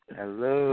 Hello